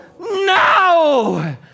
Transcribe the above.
No